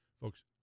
folks